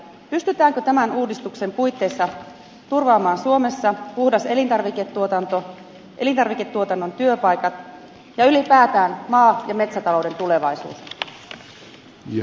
pystytäänkö tämän uudistuksen puitteissa turvaamaan suomessa puhdas elintarviketuotanto elintarviketuotannon työpaikat ja ylipäätään maa ja metsätalouden tulevaisuus